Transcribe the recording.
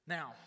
Now